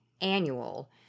annual